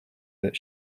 that